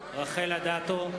רחל אדטו,